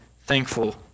thankful